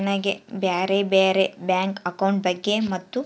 ನನಗೆ ಬ್ಯಾರೆ ಬ್ಯಾರೆ ಬ್ಯಾಂಕ್ ಅಕೌಂಟ್ ಬಗ್ಗೆ ಮತ್ತು?